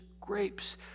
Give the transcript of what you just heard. grapes